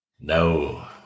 No